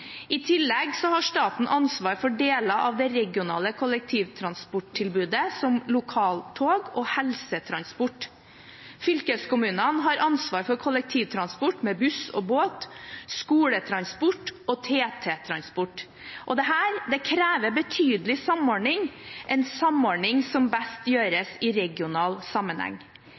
I tillegg har staten ansvaret for deler av det regionale kollektivtransporttilbudet, som lokaltog og helsetransport. Fylkeskommunene har ansvaret for kollektivtransport med buss og båt, skoletransport og TT-transport. Dette krever en betydelig samordning, en samordning som best gjøres i regional sammenheng.